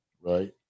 Right